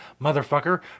motherfucker